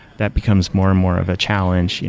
that becomes more and more of a challenge.